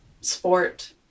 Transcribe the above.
sport